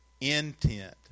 intent